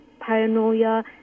paranoia